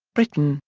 britain,